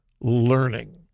learning